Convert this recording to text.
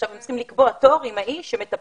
עכשיו צריך לקבוע תור עם האיש שמטפל.